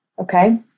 Okay